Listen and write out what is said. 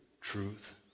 Truth